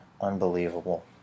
Unbelievable